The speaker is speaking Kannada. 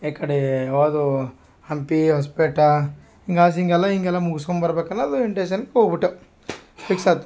ಈ ಕಡೆ ಯಾವುದು ಹಂಪಿ ಹೊಸಪೇಟೆ ಹಿಂಗಾಸಿ ಹಿಂಗೆಲ್ಲ ಹಿಂಗೆಲ್ಲ ಮುಗಿಸ್ಕೊಂಬರ್ಬೆಕು ಅನ್ನೋದ್ ಇಂಟೆಂಷನ್ ಹೋಗ್ಬಿಟ್ಟೆವು ಫಿಕ್ಸಾತು